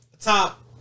top